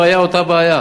הבעיה היא אותה בעיה,